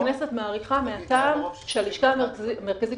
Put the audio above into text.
הכנסת מאריכה מהטעם שהלשכה המרכזית